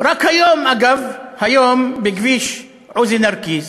רק היום, אגב, היום בכביש עוזי נרקיס